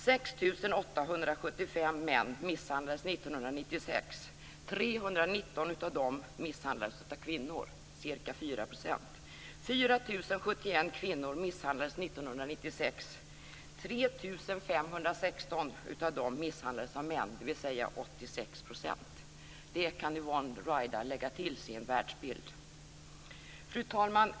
6 875 män misshandlades 1996. 319 av dem misshandlades av kvinnor, ca 4 %. 4 071 kvinnor misshandlades 1996. 3 516 av dem misshandlades av män, dvs. 86 %. Detta kan Yvonne Ruwaida lägga till sin världsbild. Fru talman!